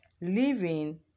Living